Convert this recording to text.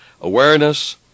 awareness